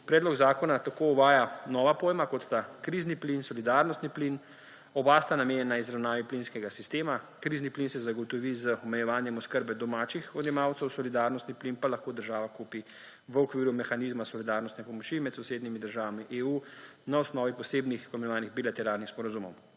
Predlog zakona tako uvaja nova pojma, kot sta krizni plin, solidarnostni plin. Oba sta namenjena izravnavi plinskega sistema. Krizni plin se zagotovi z omejevanjem oskrbe domačih odjemalcev, solidarnostni plin pa lahko država kupi v okviru mehanizma solidarnostne pomoči med sosednjimi državami EU na osnovi posebnih tako imenovanih bilateralnih sporazumov.